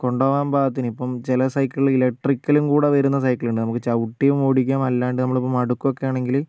കൊണ്ട് പോകാൻ പാകത്തിന് ഇപ്പം ചില സൈക്കിൾ ഇലെക്ട്രിക്കൽ കൂടെ വരുന്ന സൈക്കിൾ ഉണ്ട് നമുക്ക് ചവിട്ടിയും ഓടിക്കാം അല്ലാണ്ടു നമ്മൾ മടുക്കുവൊക്കെ ആണെങ്കില്